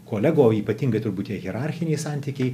kolegų o ypatingai turbūt tie hierarchiniai santykiai